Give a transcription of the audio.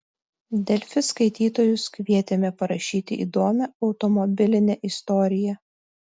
delfi skaitytojus kvietėme parašyti įdomią automobilinę istoriją